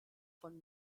von